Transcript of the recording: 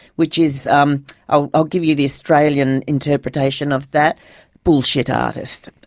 which is um i'll i'll give you the australian interpretation of that bullshit artist,